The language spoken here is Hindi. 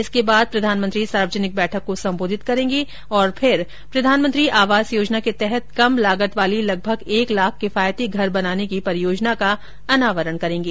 इसके बाद प्रधानमंत्री सार्वजनिक बैठक को संबोधित करेंगे और फिर प्रधानमंत्री आवास योजना के तहत कम लागत वाली लगभग एक लाख किफायती घर बनाने की परियोजना का अनावरण करेंगे